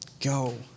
Go